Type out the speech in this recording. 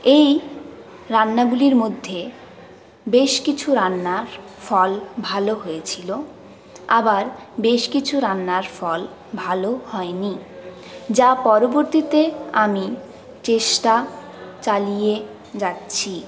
এই রান্নাগুলির মধ্যে বেশ কিছু রান্নার ফল ভালো হয়েছিলো আবার বেশ কিছু রান্নার ফল ভালো হয় নি যা পরবর্তীতে আমি চেষ্টা চালিয়ে যাচ্ছি